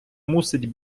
мусить